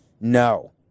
No